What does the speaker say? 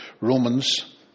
Romans